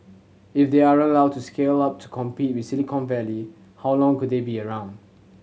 if they aren't allowed to scale up to compete with Silicon Valley how long could they be around